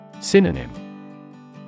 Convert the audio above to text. Synonym